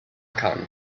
khan